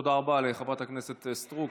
תודה רבה לחברת הכנסת סטרוק.